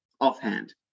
offhand